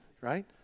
right